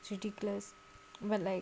it's ridiculous but like